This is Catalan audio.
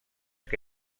que